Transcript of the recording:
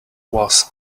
was